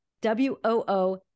w-o-o